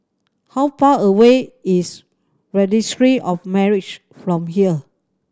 how far away is Registry of Marriages from here